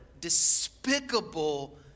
despicable